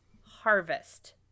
harvest